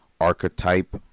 archetype